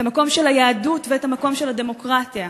המקום של היהדות והמקום של הדמוקרטיה,